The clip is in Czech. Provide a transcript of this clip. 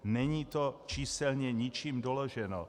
Není to číselně ničím doloženo.